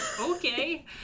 Okay